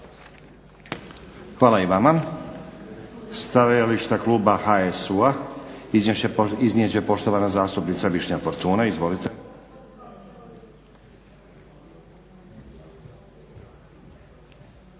Hvala i vama. Stajališta kluba HSU-a iznijet će poštovana zastupnica Višnja Fortuna. Izvolite. **Fortuna,